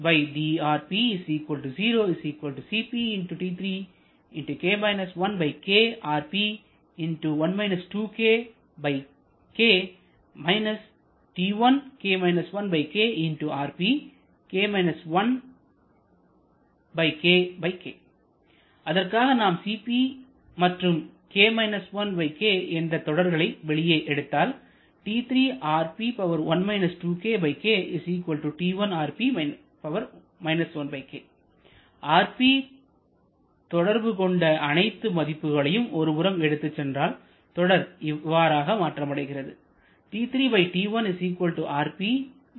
அதற்காக நாம் cp and k - 1 k என்ற இந்த தொடர்களை வெளியே எடுத்தால் rp தொடர்பு கொண்ட அனைத்து மதிப்புகளையும் ஒருபுறம் எடுத்துச் சென்றால் தொடர் இவ்வாறாக மாற்றமடைகிறது